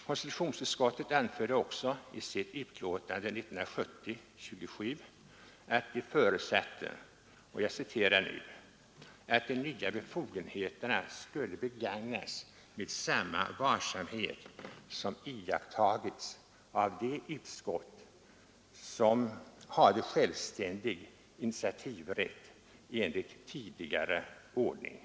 Konstitutionsutskottet anförde också i sitt utlåtande 1970:27 att det förutsatte ”att de nya befogenheterna skall begagnas med samma varsamhet, som iakttagits av de utskott som har självständig initiativrätt enligt nuvarande ordning”.